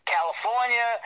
California